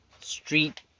street